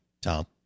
Tom